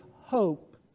hope